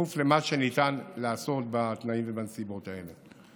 למה שניתן לעשות בתנאים ובנסיבות האלה.